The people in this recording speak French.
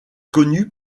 connue